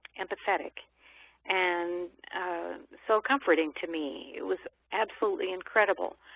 empathetic and so comforting to me. it was absolutely incredible.